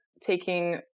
taking